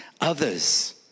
others